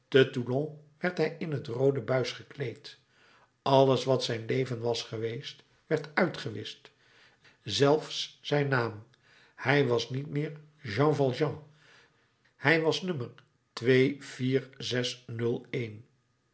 werd hij in het roode buis gekleed alles wat zijn leven was geweest werd uitgewischt zelf zijn naam hij was niet meer jean valjean hij was nummer